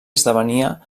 esdevenia